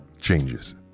changes